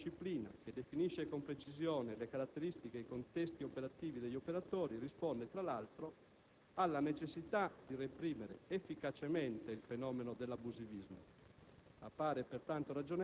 e che, inoltre, una disciplina che definisce con precisione le caratteristiche e i contesti operativi degli operatori, risponde, fra l'altro, alla necessità di reprimere efficacemente il fenomeno dell'abusivismo;